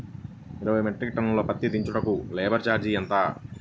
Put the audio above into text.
ఇరవై metric tonne పత్తి దించటానికి లేబర్ ఛార్జీ ఎంత?